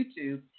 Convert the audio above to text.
YouTube